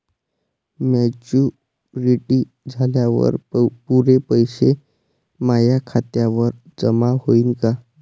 Maturity झाल्यावर पुरे पैसे माया खात्यावर जमा होईन का?